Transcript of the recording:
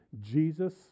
Jesus